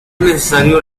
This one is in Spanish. necesaria